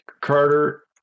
Carter